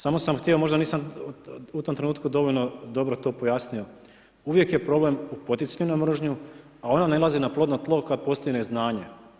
Samo sam htio, možda nisam u tom trenutku dovoljno dobro to pojasnio, uvijek je problem u poticanju na mržnju, a ona nailazi na plodno tlo kad postigne znanje.